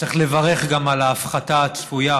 צריך לברך גם על ההפחתה הצפויה,